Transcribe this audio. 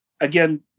again